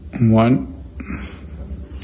one